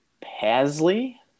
Pasley